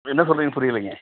என்ன சொல்றீங்கன்னு புரியிலைங்க